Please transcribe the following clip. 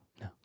No